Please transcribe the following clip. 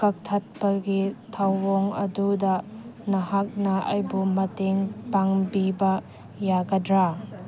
ꯀꯛꯊꯠꯄꯒꯤ ꯊꯧꯑꯣꯡ ꯑꯗꯨꯗ ꯃꯍꯥꯛꯅ ꯑꯩꯕꯨ ꯃꯇꯦꯡ ꯄꯥꯡꯕꯤꯕ ꯌꯥꯒꯗ꯭ꯔꯥ